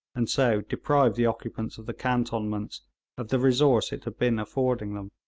and so deprive the occupants of the cantonments of the resource it had been affording them.